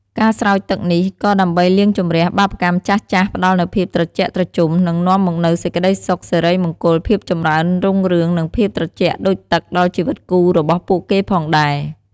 ការស្រោចទឹកនេះក៏ដើម្បីលាងជម្រះបាបកម្មចាស់ៗ ផ្តល់នូវភាពត្រជាក់ត្រជុំ និងនាំមកនូវសេចក្តីសុខ សិរីមង្គល ភាពចម្រើនរុងរឿង និងភាពត្រជាក់ដូចទឹកដល់ជីវិតគូរបស់ពួកគេផងដែរ។